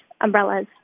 umbrellas